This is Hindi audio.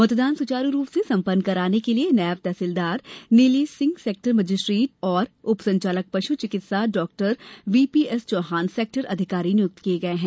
मतदान सुचारू रूप से संपन्न कराने के लिये नायब तहसीलदार नीलेश सिंह सेक्टर मजिस्ट्रेट और उपसंचालक पशु चिकित्सा डॉ वीपी एस चौहान सेक्टर अधिकारी नियुक्त किये गये हैं